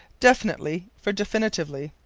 definitely for definitively.